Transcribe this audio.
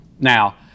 Now